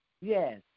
Yes